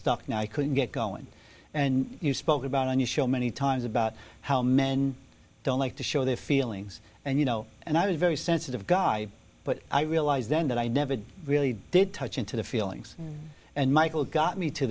stuck and i couldn't get going and you spoke about on your show many times about how men don't like to show their feelings and you know and i was very sensitive guy but i realized then that i never really did touch into the feelings and michael got me to